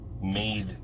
made